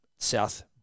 South